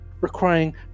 requiring